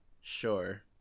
Sure